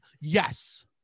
yes